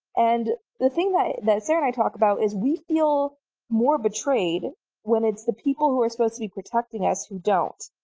and the thing that that sarah and i talk about is we feel more betrayed when it's the people who were supposed to be protecting us, who don't.